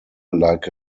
like